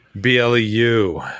B-L-E-U